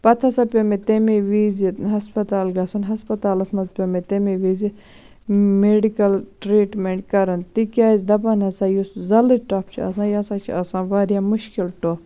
پَتہٕ ہَسا پیٚو مےٚ تمے وِزِ ہَسپَتال گَژھُن ہسپَتالَس مَنٛز پیٚو مےٚ تمے وِز میٚڈِکَل ٹریٖٹمنٹ کَرُن تکیاز دَپان ہَسا یُس زلِر ٹۄپھ چھِ آسان یہِ ہسا چھِ آسان واریاہ مُشکِل ٹۄپھ